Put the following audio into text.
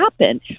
happen